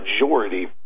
majority